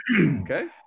okay